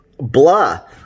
blah